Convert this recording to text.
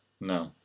No